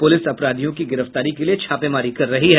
police अपरधियों की गिरफ्तारी के लिये छापेमारी कर रही है